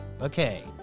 Okay